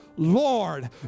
Lord